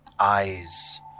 eyes